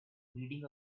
reading